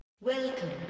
Welcome